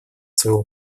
своего